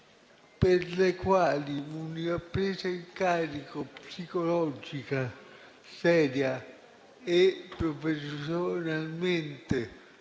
per i quali una presa in carico psicologica, seria e professionalmente